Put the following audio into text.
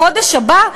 בחודש הבא,